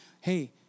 hey